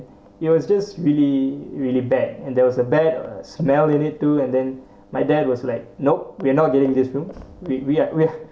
it was just really really bad and there was a bad smell in it too and then my dad was like nope we're not getting this room we we're we're